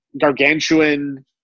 gargantuan